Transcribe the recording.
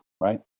right